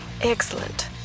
excellent